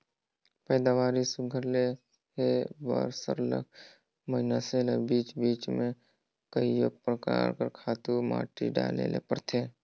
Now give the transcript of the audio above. पएदावारी सुग्घर लेहे बर सरलग मइनसे ल बीच बीच में कइयो परकार कर खातू माटी डाले ले परथे